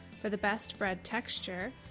for the best bread texture,